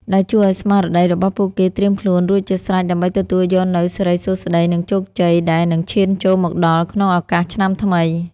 ដែលជួយឱ្យស្មារតីរបស់ពួកគេត្រៀមខ្លួនរួចជាស្រេចដើម្បីទទួលយកនូវសិរីសួស្ដី និងជោគជ័យដែលនឹងឈានចូលមកដល់ក្នុងឱកាសឆ្នាំថ្មី។